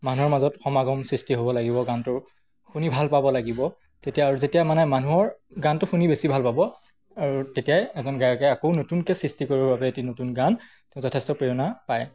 মানুহৰ মাজত সমাগম সৃষ্টি হ'ব লাগিব গানটো শুনি ভাল পাব লাগিব তেতিয়া আৰু যেতিয়া মানে মানুহৰ গানটো শুনি বেছি ভাল পাব আৰু তেতিয়াই এজন গায়কে আকৌ নতুনকে সৃষ্টি কৰিবৰ বাবে এটি নতুন গান তেওঁ যথেষ্ট প্ৰেৰণা পায়